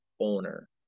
owner